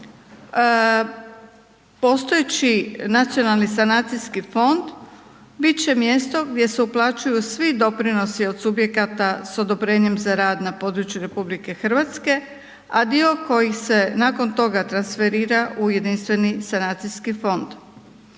postojeći Nacionalni sanacijski fond bit će mjesto gdje se uplaćuju svi doprinosi od subjekata s odobrenjem za rad na području RH, a dio koji se nakon toga transferira u Jedinstveni sanacijski fond.